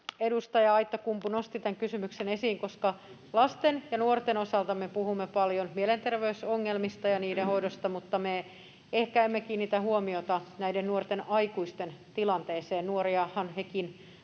edustaja Aittakumpu nosti tämän kysymyksen esiin, koska lasten ja nuorten osalta me puhumme paljon mielenterveysongelmista ja niiden hoidosta, mutta me ehkä emme kiinnitä huomiota näiden nuorten aikuisten tilanteeseen. Nuoriahan hekin